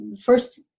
first